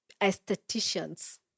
Aestheticians